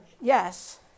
Yes